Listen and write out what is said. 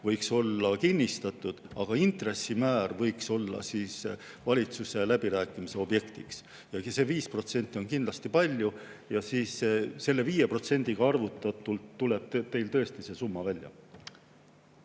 võiks olla kinnistatud, aga intressimäär võiks olla valitsuse läbirääkimiste objekt. See 5% on kindlasti palju ja selle 5%-ga arvutatult tuleb tõesti see summa välja.